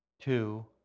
Two